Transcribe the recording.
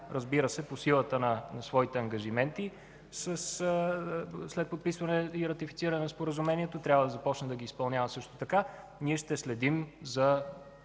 разбира се, по силата на своите ангажименти след подписване и ратифициране на Споразумението, трябва да започне да ги изпълнява също така. Ние ще следим за